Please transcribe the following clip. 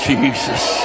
Jesus